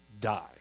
die